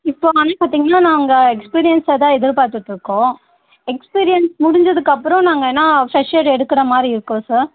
இப்போ வந்து பார்த்தீங்கனா நாங்கள் எக்ஸ்பீரியன்ஸாகதான் எதிர்பார்த்துகிட்ருக்கோம் எக்ஸ்பீரியன்ஸ் முடிஞ்சதுக்கப்புறம் நாங்கள் ஏன்னால் ஃப்ரெஷ்ஷர் எடுக்கிற மாதிரி இருக்கோம் சார்